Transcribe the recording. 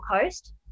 Coast